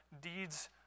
deeds